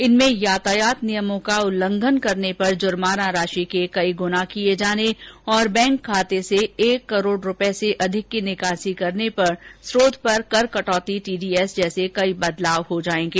इनमें यातायात नियमों का उल्लंघन करने पर जुर्माना राशि के कई गुना किये जाने और बैंक खाते से एक करोड़ रुपये से अधिक की निकासी करने पर स्रोत पर कर कटौती टीडीएस जैसे कई बदलाव हो जायेंगे